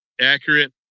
accurate